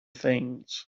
things